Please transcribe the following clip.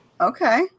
Okay